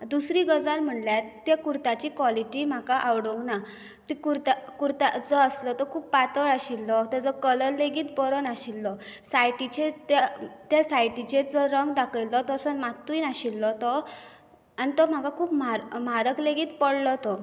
दुसरी गजाल म्हणल्यार त्या कुर्ताची कोलिटी म्हाका आवडोंक ना ते कुरता कुरता जो आसलो तो खूब पातळ आशिल्लो ताजो कलर लेगीत बरो नाशिल्लो सायटीचेर तें त्या सायटिचेर जो रंग दाखयिल्लो तसो मात्तूय नाशिल्लो तो आनी तो म्हाका खूब म्हारक म्हारग लेगीत पडलो तो